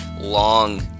long